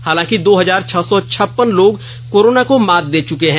हालांकि दो हजार छह सौ छप्पन लोग कोरोना को मात दे चुके हैं